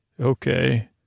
Okay